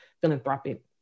philanthropic